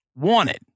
wanted